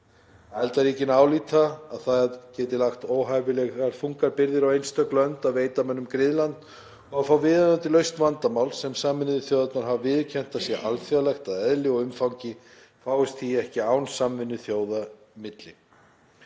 Aðildarríkin álíta að það geti lagt óhæfilega þungar byrðar á einstök lönd að veita mönnum griðland og að viðunandi lausn vandamáls, sem Sameinuðu þjóðirnar hafa viðurkennt að sé alþjóðlegt að eðli og umfangi, fáist því ekki án samvinnu þjóða milli.